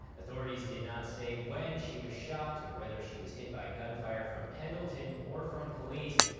authorities did not say when she was shot or whether she was hit by gunfire from pendleton, or from police.